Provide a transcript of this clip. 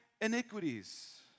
iniquities